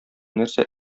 нәрсә